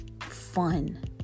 fun